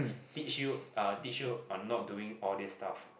teach you uh teach you on not doing all these stuff